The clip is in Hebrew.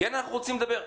כן אנחנו רוצים לדבר.